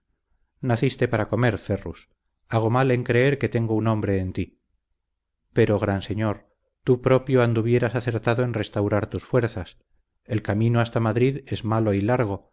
naciste para comer ferrus hago mal en creer que tengo un hombre en ti pero gran señor tú propio anduvieras acertado en restaurar tus fuerzas el camino hasta madrid es malo y largo